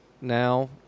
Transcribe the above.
Now